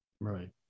right